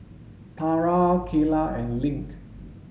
Tarah Keyla and Link